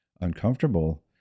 uncomfortable